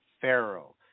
Pharaoh